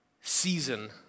season